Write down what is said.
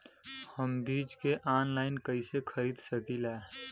हम बीज के आनलाइन कइसे खरीद सकीला?